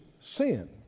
sin